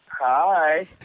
Hi